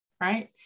right